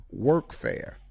workfare